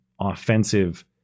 offensive